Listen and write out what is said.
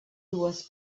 dues